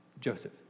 Joseph